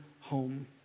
home